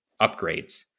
upgrades